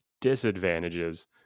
disadvantages